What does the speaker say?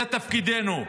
זה תפקידנו.